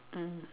mm